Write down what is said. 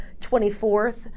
24th